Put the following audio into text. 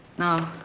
now